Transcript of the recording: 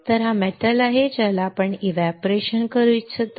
तर हा धातू आहे ज्याला आपण एव्हपोरेशन करू इच्छितो